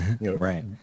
Right